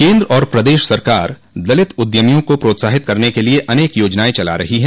केन्द्र और प्रदेश सरकार दलित उद्यमियों को प्रोत्साहित करने के लिए अनेक योजनाएं चला रही है